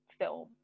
film